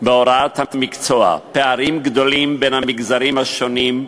בהוראת המקצוע, פערים גדולים בין המגזרים השונים,